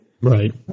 Right